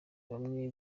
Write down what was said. bamwe